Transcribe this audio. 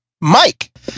Mike